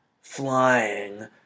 flying